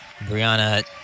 Brianna